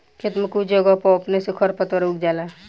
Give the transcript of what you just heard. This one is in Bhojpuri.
खेत में कुछ जगह पर अपने से खर पातवार उग जाला